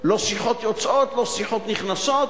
לא שיחות יוצאות, לא שיחות נכנסות,